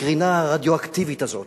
הקרינה הרדיואקטיבית הזאת,